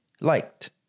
liked